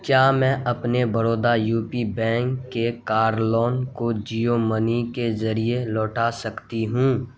کیا میں اپنے برودا یو پی بینک کے کار لون کو جیو منی کے ذریعے لوٹا سکتی ہوں